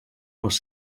les